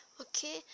okay